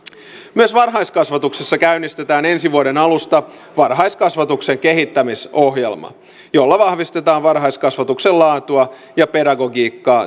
myös varhaiskasvatuksessa käynnistetään ensi vuoden alusta varhaiskasvatuksen kehittämisohjelma jolla vahvistetaan varhaiskasvatuksen laatua ja pedagogiikkaa